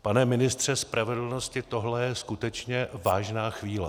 Pane ministře spravedlnosti, tohle je skutečně vážná chvíle.